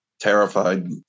terrified